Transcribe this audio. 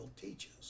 teaches